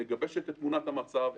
מגבשת את תמונת המצב,